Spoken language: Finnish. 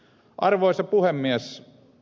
arvoisa puhemies